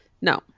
No